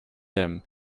them